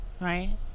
right